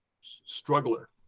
struggler